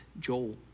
Joel